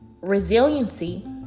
resiliency